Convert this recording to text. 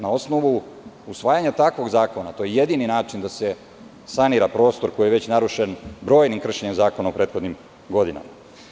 Na osnovu usvajanja takvog zakona, to je jedini način da se sanira prostor koji je već narušen brojnim kršenjem zakona u prethodnim godinama.